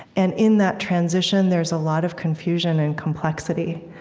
and in that transition there's a lot of confusion and complexity,